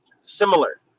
similar